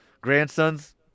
grandson's